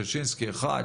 שישינסקי 1,